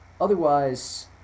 Otherwise